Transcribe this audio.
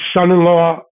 son-in-law